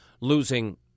losing